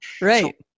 Right